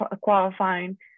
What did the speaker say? qualifying